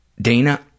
Dana